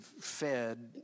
Fed